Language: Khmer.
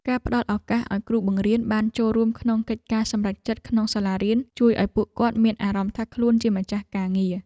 ការផ្តល់ឱកាសឱ្យគ្រូបង្រៀនបានចូលរួមក្នុងកិច្ចការសម្រេចចិត្តក្នុងសាលារៀនជួយឱ្យពួកគាត់មានអារម្មណ៍ថាខ្លួនជាម្ចាស់ការងារ។